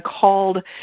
called